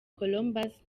columbus